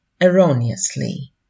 erroneously